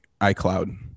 iCloud